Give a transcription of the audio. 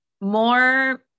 more